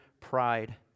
pride